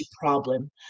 problem